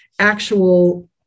actual